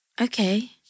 Okay